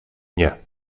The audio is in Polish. nie